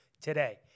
today